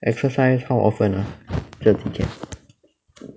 exercise how often ah 这几天